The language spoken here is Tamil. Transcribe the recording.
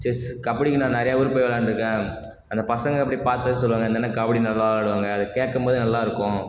செஸ் கபடிக்கு நான் நிறைய ஊர் போய் விளையாண்டு இருக்கேன் அந்த பசங்க இப்படி பார்த்தாலே சொல்லுவாங்க இந்த அண்ணன் கபடி நல்லா விளையாடுவாங்க அதை கேட்கும்போதே நல்லா இருக்கும்